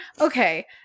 Okay